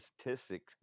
statistics